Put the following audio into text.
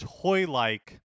toy-like